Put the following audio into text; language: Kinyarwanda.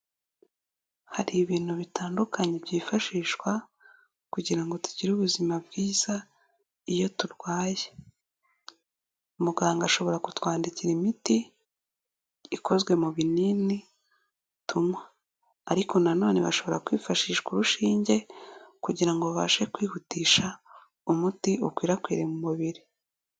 Hari ibintu bitandukanye byifashishwa kugira ngo tugire ubuzima bwiza iyo turwaye, muganga ashobora kutwandikira imiti ikozwe mu binini tunywa, ariko na none bashobora kwifashisha urushinge kugira ngo babashe kwihutisha umuti ukwirakwira mu mubiri.